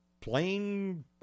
plain